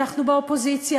אנחנו באופוזיציה,